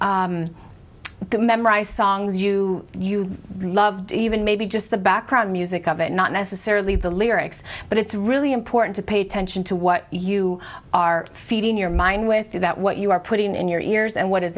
memorize songs you you loved even maybe just the background music of it not necessarily the lyrics but it's really important to pay attention to what you are feeding your mind with that what you are putting in your ears and what is